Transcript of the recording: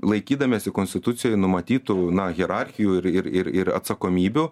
laikydamiesi konstitucijoj numatytų na hierarchijų ir ir ir ir atsakomybių